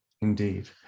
indeed